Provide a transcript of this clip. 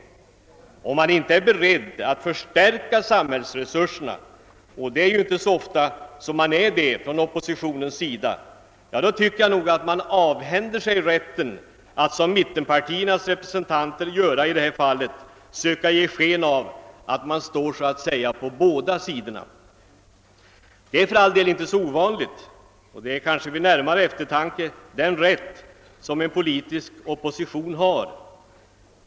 Om man inte är beredd att förstärka samhällsresurserna — och det är man ju inte så ofta från oppositionens sida — då tycker jag att man avhänder sig rätten att, som mittenpartiernas representanter gör i det här fallet, ge sken av att man står så att säga på båda sidorna. Det är för all del inte särskilt ovanligt, och vid närmare eftertanke är det kanske den rätt som en politisk opposition har.